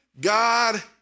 God